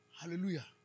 Hallelujah